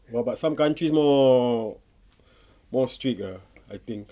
!wah! but some countries more more strict ah I think